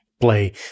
play